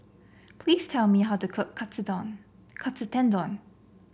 please tell me how to cook Katsu Tendon